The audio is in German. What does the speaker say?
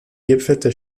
gipfelte